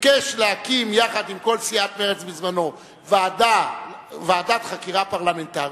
ביקש להקים יחד עם כל סיעת מרצ בזמנם ועדת חקירה פרלמנטרית,